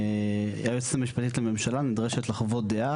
היועצת המשפטית לממשלה נדרשת לחוות דעה,